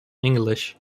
english